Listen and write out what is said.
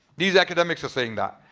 these academics are saying that.